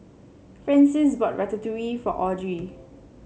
Francies bought Ratatouille for Audry